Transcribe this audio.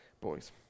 boys